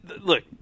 look